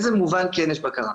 אני אסביר באיזה מובן כן יש בקרה.